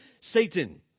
Satan